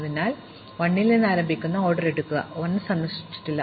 അതിനാൽ ഞങ്ങൾ 1 എന്ന് ആരംഭിക്കുന്ന ഒരു ഓർഡർ എടുക്കുക 1 സന്ദർശിച്ചിട്ടില്ല